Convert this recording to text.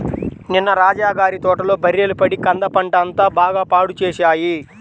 నిన్న రాజా గారి తోటలో బర్రెలు పడి కంద పంట అంతా బాగా పాడు చేశాయి